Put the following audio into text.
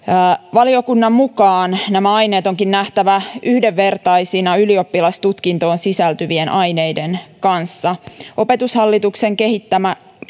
valiokunnan mukaan nämä aineet onkin nähtävä yhdenvertaisina ylioppilastutkintoon sisältyvien aineiden kanssa opetushallituksen kehittämä